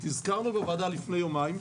הזכרנו פה בוועדה לפני יומיים,